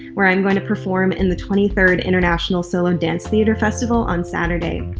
where i'm going to perform in the twenty third international solo-dance-theatre festival on saturday.